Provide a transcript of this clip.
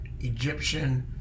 Egyptian